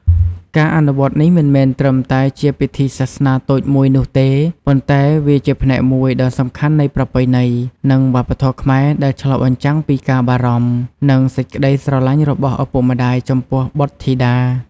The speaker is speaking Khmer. ការអនុវត្តនេះមិនមែនត្រឹមតែជាពិធីសាសនាតូចមួយនោះទេ ប៉ុន្តែវាជាផ្នែកមួយដ៏សំខាន់នៃប្រពៃណី និងវប្បធម៌ខ្មែរដែលឆ្លុះបញ្ចាំងពីការបារម្ភ និងសេចក្តីស្រឡាញ់របស់ឪពុកម្តាយចំពោះបុត្រធីតា។